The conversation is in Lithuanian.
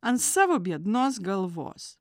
ant savo biednos galvos